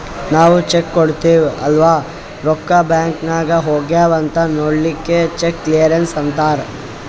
ನಾವ್ ಚೆಕ್ ಕೊಡ್ತಿವ್ ಅಲ್ಲಾ ರೊಕ್ಕಾ ಬ್ಯಾಂಕ್ ನಾಗ್ ಹೋಗ್ಯಾವ್ ಅಂತ್ ನೊಡ್ಲಕ್ ಚೆಕ್ ಕ್ಲಿಯರೆನ್ಸ್ ಅಂತ್ತಾರ್